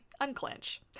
unclench